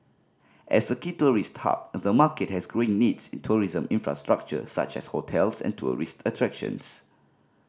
as a key tourist hub the market has growing needs in tourism infrastructure such as hotels and tourist attractions